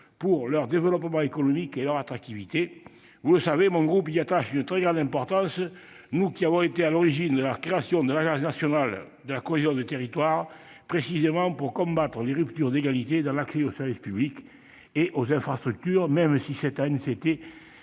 pour leur développement économique et leur attractivité. Vous le savez, mon groupe y attache une très grande importance, lui qui est à l'origine de la création de l'Agence nationale de la cohésion des territoires précisément pour combattre les ruptures d'égalité dans l'accès aux services publics et aux infrastructures, même si cette ANCT